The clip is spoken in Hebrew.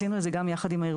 ואיך היא מגיבה אחרי,